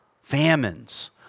famines